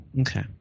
Okay